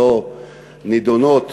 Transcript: שלא נדונות